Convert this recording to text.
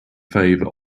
favor